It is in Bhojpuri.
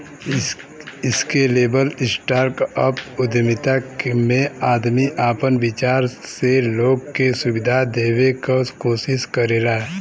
स्केलेबल स्टार्टअप उद्यमिता में आदमी आपन विचार से लोग के सुविधा देवे क कोशिश करला